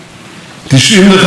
הושמדו בשואה.